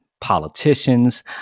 politicians